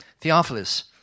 Theophilus